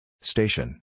Station